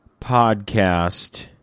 podcast